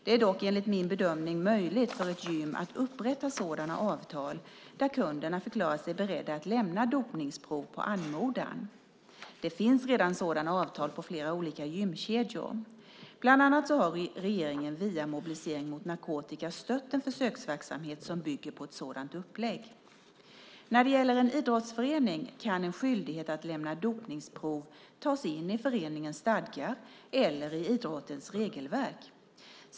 Det är dock enligt min bedömning möjligt för ett gym att upprätta sådana avtal där kunderna förklarar sig beredda att lämna dopningsprov på anmodan. Det finns redan sådana avtal på flera olika gymkedjor. Bland annat har regeringen via Mobilisering mot narkotika stött en försöksverksamhet som bygger på ett sådant upplägg. När det gäller en idrottsförening kan en skyldighet att lämna dopningsprov tas in i föreningens stadgar eller i idrottens regelverk.